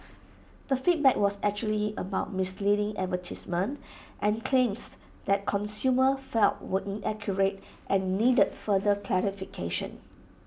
the feedback was usually about misleading advertisements and claims that consumers felt were inaccurate and needed further clarification